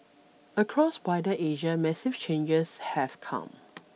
across wider Asia massive changes have come